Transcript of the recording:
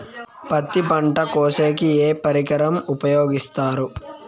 పత్తి పంట కోసేకి ఏ పరికరం ఉపయోగిస్తారు?